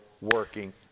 working